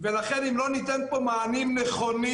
ולכן, אם לא ניתן פה מענים נכונים